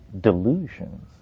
delusions